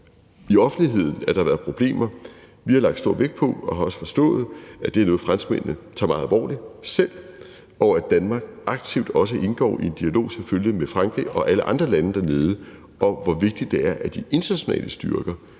i offentligheden, at der har været problemer. Vi har lagt stor vægt på og har også forstået, at det er noget, franskmændene tager meget alvorligt, og at Danmark aktivt selvfølgelig indgår i en dialog med Frankrig og alle andre lande dernede om, hvor vigtigt det er, at de internationale styrker